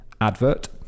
advert